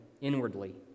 inwardly